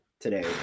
today